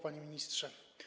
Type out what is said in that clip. Panie Ministrze!